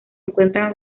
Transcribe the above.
encuentran